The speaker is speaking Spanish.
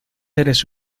eres